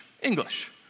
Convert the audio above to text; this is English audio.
English